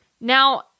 Now